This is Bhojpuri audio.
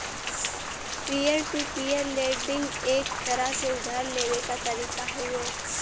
पीयर टू पीयर लेंडिंग एक तरह से उधार लेवे क तरीका हउवे